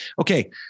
Okay